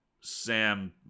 Sam